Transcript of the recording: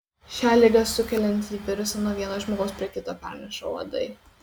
šią ligą sukeliantį virusą nuo vieno žmogaus prie kito perneša uodai